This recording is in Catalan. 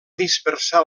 dispersar